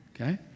okay